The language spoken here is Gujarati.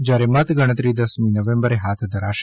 જ્યારે મત ગણતરી દસમી નવેમ્બરે હાથ ધરાશે